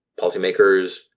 policymakers